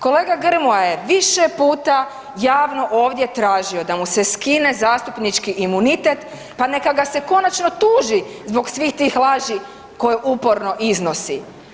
Kolega Grmoja je više puta javno ovdje tražio da mu se skine zastupnički imunitet pa neka ga se konačno tuži zbog svih tih laži koje uporno iznosi.